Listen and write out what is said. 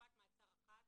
חלופת מעצר אחת